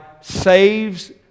saves